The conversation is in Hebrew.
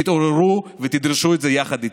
תתעוררו ותדרשו את זה יחד איתי.